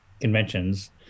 conventions